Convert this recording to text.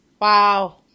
Wow